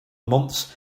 months